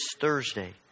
Thursday